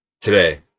today